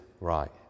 right